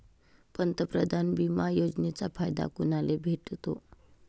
पंतप्रधान बिमा योजनेचा फायदा कुनाले भेटतो?